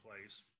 place